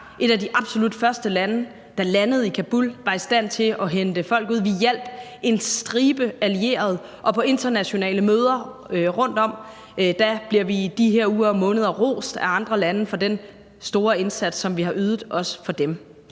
et af de absolut første lande, der landede i Kabul og var i stand til at hente folk ud. Vi hjalp en stribe allierede, og på internationale møder rundtomkring bliver vi i de her uger og måneder rost af andre lande for den store indsats, som vi har ydet, også for dem.